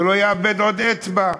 שלא יאבד עוד אצבע.